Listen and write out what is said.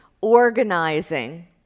organizing